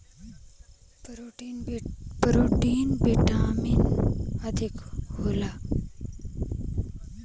protein vitamin अधिक होला